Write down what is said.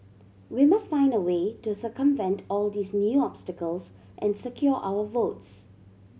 we must find a way to circumvent all these new obstacles and secure our votes